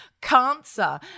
Cancer